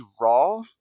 raw